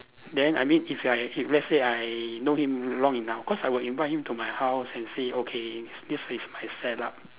then I mean if I if let's say I know him long enough cause I will invite him to my house and say okay this is my set up